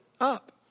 up